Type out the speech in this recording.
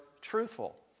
truthful